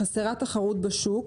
חסרה תחרות בשוק,